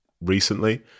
recently